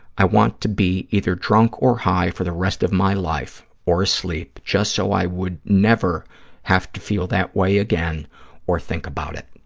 i want to be either drunk or high for the rest of my life, or asleep, just so i would never have to feel that away again or think about it.